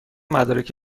مدارک